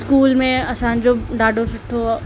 school में असांजो ॾाढो सुठो